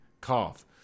cough